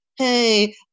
Hey